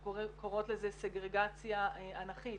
אנחנו קוראות לזה סגרגציה אנכית